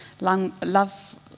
love